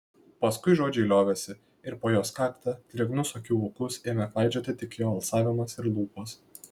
paskui žodžiai liovėsi ir po jos kaktą drėgnus akių vokus ėmė klaidžioti tik jo alsavimas ir lūpos